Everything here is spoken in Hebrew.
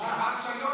גם שבת שלום,